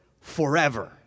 forever